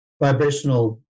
vibrational